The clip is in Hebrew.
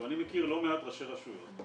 אני מכיר לא מעט ראשי רשויות.